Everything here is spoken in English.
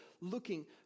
looking